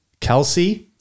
Kelsey